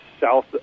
south